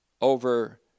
over